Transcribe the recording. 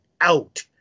out